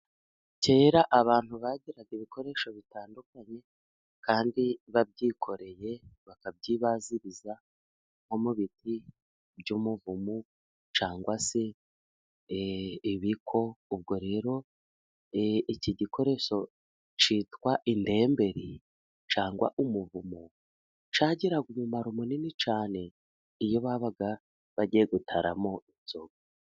Kera abantu bagiraga ibikoresho bitandukanye kandi babyikoreye，bakabyibaziriza nko mu biti by'umuvumu，cyangwa se ibiko， ubwo rero iki gikoresho kitwa intemberi cyangwa umuvumu，cyagiraga umumaro munini cyane，iyo babaga bagiye gutaramo inzoga.